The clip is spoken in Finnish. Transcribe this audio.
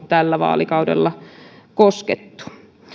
tällä vaalikaudella koskettu